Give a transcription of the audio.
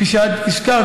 כפי שאת הזכרת,